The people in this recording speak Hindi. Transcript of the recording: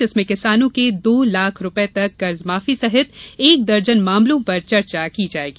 जिसमें किसानों के दो लाख रूपये तक कर्जमाफी सहित एक दर्जन मामलों पर चर्चा की जायेगी